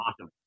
awesome